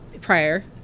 prior